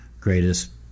greatest